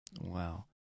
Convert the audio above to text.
Wow